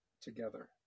together